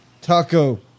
Taco